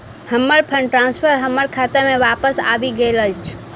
हमर fund transfer हमर खाता मे बापस आबि गइल अछि